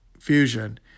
Fusion